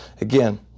Again